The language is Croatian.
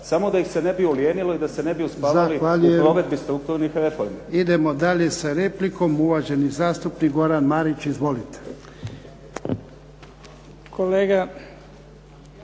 samo da ih se ne bi ulijenilo i da se ne bi uspavali u provedbi strukturnih reformi. **Jarnjak, Ivan (HDZ)** Zahvaljujem. Idemo dalje sa replikom. Uvaženi zastupnik Goran Marić. Izvolite.